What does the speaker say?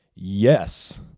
Yes